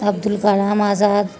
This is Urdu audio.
ابو الکلام آزاد